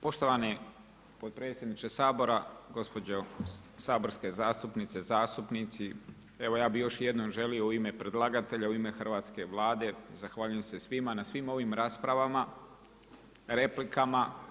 Poštovani potpredsjedniče Sabora, gospođe saborske zastupnice, zastupnici evo ja bih još jednom želio u ime predlagatelja, u ime hrvatske Vlade zahvaljujem se svima na svim ovim raspravama, replikama.